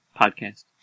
podcast